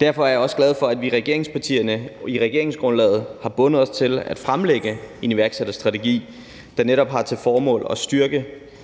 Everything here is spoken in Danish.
Derfor er jeg også glad for, at regeringspartierne i regeringsgrundlaget har bundet sig til at fremlægge en iværksætterstrategi, der netop har til formål at styrke